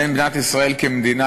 בין מדינת ישראל כמדינה,